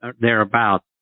thereabouts